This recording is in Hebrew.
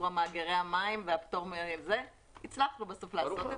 מאגרי המים והפטור הצלחנו בסוף לעשות את זה.